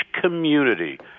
community